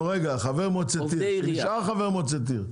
חבר מועצת עיר נשאר חבר מועצת עיר.